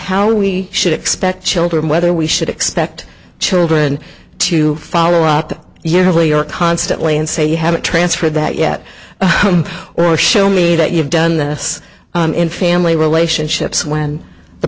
how we should expect children whether we should expect children to follow up the yearly or constantly and say you have to transfer that yet or show me that you've done this in family relationships when the